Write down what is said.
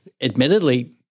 admittedly